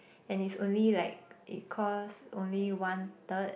and it's only like it cost only one third